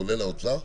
כולל משרד האוצר: